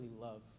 love